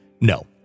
No